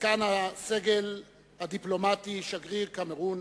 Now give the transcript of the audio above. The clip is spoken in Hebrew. זקן הסגל הדיפלומטי שגריר קמרון,